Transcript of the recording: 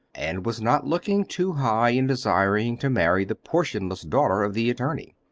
and was not looking too high in desiring to marry the portionless daughter of the attorney.